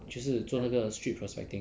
就是做那个 street prospecting